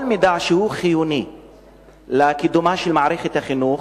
כל מידע שהוא חיוני לקידומה של מערכת החינוך,